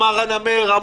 אמר הנמר,